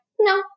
No